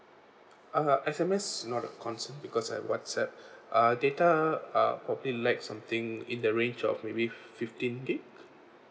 uh S_M_S not a concern because I WhatsApp uh data uh probably lack something in the range of maybe fifteen gigabytes